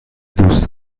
دوست